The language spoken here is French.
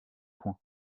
point